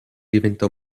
diventò